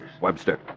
Webster